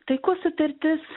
taikos sutartis